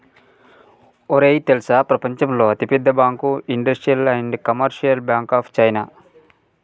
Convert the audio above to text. ఒరేయ్ తెల్సా ప్రపంచంలో అతి పెద్ద bank industrial and commercial bank of China